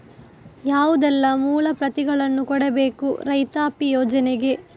ಯಾವುದೆಲ್ಲ ಮೂಲ ಪ್ರತಿಗಳನ್ನು ಕೊಡಬೇಕು ರೈತಾಪಿ ಯೋಜನೆಗೆ?